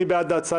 מי בעד ההצעה?